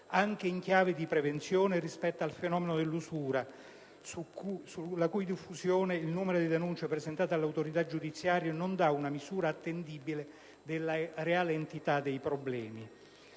anche in chiave di prevenzione rispetto al fenomeno dell'usura, rispetto alla cui diffusione il numero di denunce presentate all'autorità giudiziaria non dà una misura attendibile della reale entità dei problemi.